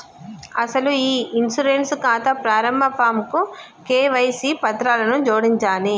అసలు ఈ ఇన్సూరెన్స్ ఖాతా ప్రారంభ ఫాంకు కేవైసీ పత్రాలను జోడించాలి